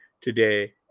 today